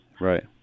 right